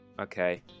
Okay